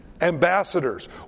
ambassadors